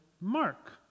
Mark